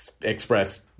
express